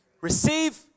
Receive